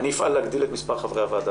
אני אפעל להגדיל את מספר חברי הוועדה